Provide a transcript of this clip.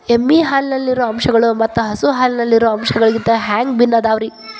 ಎಮ್ಮೆ ಹಾಲಿನಲ್ಲಿರೋ ಅಂಶಗಳು ಮತ್ತ ಹಸು ಹಾಲಿನಲ್ಲಿರೋ ಅಂಶಗಳಿಗಿಂತ ಹ್ಯಾಂಗ ಭಿನ್ನ ಅದಾವ್ರಿ?